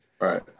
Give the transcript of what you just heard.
Right